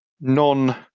non